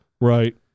Right